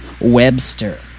Webster